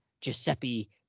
Giuseppe